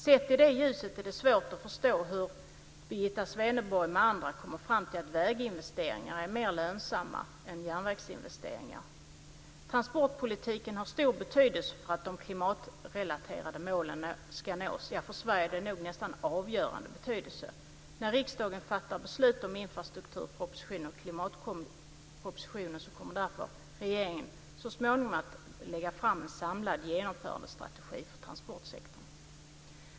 Sett i det ljuset är det svårt att förstå hur Birgitta Swedenborg med andra kommer fram till att väginvesteringar är mer lönsamma än järnvägsinvesteringar. Transportpolitiken har stor betydelse för att de klimatrelaterade målen ska nås. För Sverige har det nära nog avgörande betydelse. När riksdagen fattat beslut om infrastrukturpropositionen och klimatpropositionen kommer därför regeringen så småningom att lägga fram en samlad genomförandestrategi för transportsektorn.